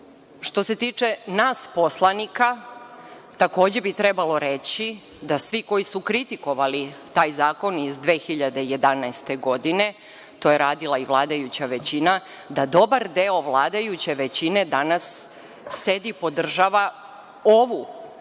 se tiče nas poslanika, takođe bi trebalo reći da svi koji su kritikovali taj zakon iz 2011. godine, to je radila i vladajuća većina, da dobar deo vladajuće većine danas sedi i podržava ovu većinu,